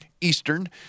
Eastern